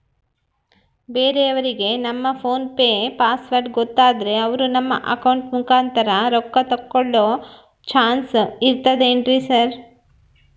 ಬೇರೆಯವರಿಗೆ ನಮ್ಮ PhonePe password ಗೊತ್ತಾದ್ರೆ ಅವರು ನಮ್ಮ ಅಕೌಂಟ್ ಮುಖಾಂತರ ರೊಕ್ಕ ತಕ್ಕೊಳ್ಳೋ ಚಾನ್ಸ್ ಇರ್ತದೆನ್ರಿ ಸರ್?